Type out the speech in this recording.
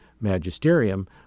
magisterium